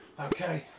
Okay